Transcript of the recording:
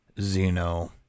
Zeno